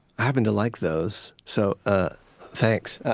i happen to like those, so ah thanks.